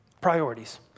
Priorities